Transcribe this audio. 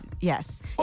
Yes